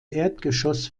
erdgeschoss